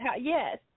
Yes